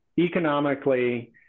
economically